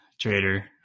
trader